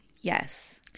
Yes